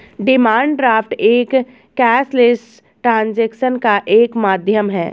demand draft एक cashless transaction का एक माध्यम है